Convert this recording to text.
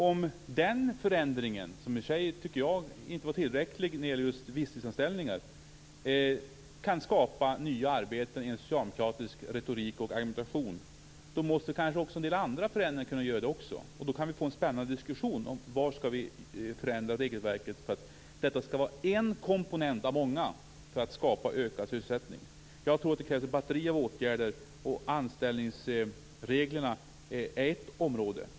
Om den förändringen - som inte är tillräcklig när det gäller visstidsanställningar - kan skapa nya arbeten i en socialdemokratisk retorik och argumentation, måste en del andra förändringar också kunna göra så. Då kan vi få en spännande diskussion om var förändringarna skall ske i regelverket. Detta skall vara en komponent av många för att skapa ökad sysselsättning. Jag tror att det krävs ett batteri av åtgärder. Anställningsreglerna är ett område.